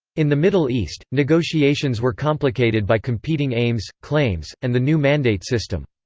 in the middle east, negotiations were complicated by competing aims, claims, and the new mandate system.